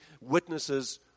witnesses